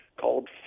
called